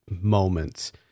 moments